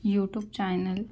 you tube channel